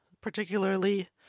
particularly